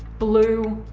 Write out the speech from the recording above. blue,